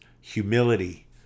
humility